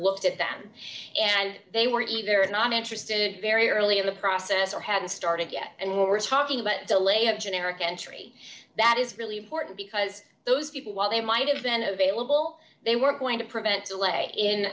looked at them and they weren't either and i'm interested very early in the process or haven't started yet and we're talking about delay of generic entry that is really important because those people while they might have been available they were going to prevent delay in